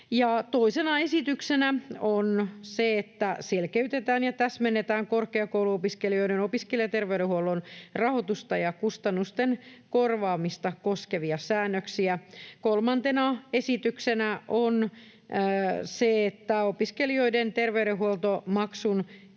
toisena esityksenä on se, että selkeytetään ja täsmennetään korkeakouluopiskelijoiden opiskelijaterveydenhuollon rahoitusta ja kustannusten korvaamista koskevia säännöksiä. Kolmantena esityksenä on se, että opiskelijoiden terveydenhuoltomaksun